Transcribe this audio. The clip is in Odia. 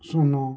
ଶୂନ